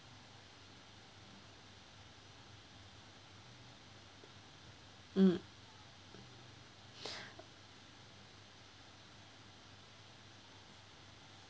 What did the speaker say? mm